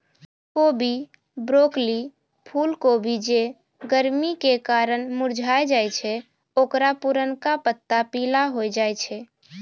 कोबी, ब्रोकली, फुलकोबी जे गरमी के कारण मुरझाय जाय छै ओकरो पुरनका पत्ता पीला होय जाय छै